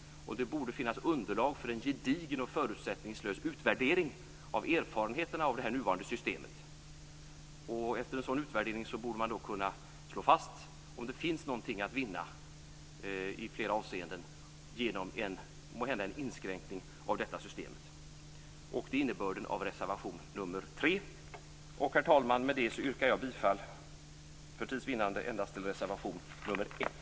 Det borde finnas underlag för en gedigen och förutsättningslös utvärdering av erfarenheterna av det nuvarande systemet. Efter en sådan utvärdering borde man kunna slå fast om det finns någonting att vinna i flera avseenden genom en inskränkning av detta system. Det är innebörden av reservation 3. Med det, herr talman, yrkar jag för tids vinnande bifall endast till reservation 1.